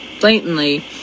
blatantly